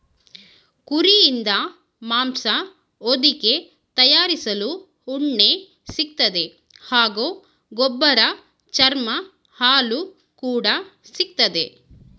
ಕುರಿಯಿಂದ ಮಾಂಸ ಹೊದಿಕೆ ತಯಾರಿಸಲು ಉಣ್ಣೆ ಸಿಗ್ತದೆ ಹಾಗೂ ಗೊಬ್ಬರ ಚರ್ಮ ಹಾಲು ಕೂಡ ಸಿಕ್ತದೆ